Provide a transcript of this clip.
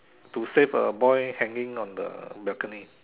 to save a boy hanging on the balcony